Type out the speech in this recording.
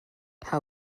how